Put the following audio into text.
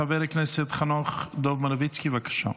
חברי הכנסת חנוך דב מלביצקי, בבקשה.